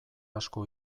asko